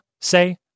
say